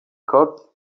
koc